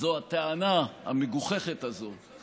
זו הטענה המגוחכת הזו,